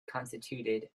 constituted